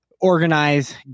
organize